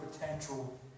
potential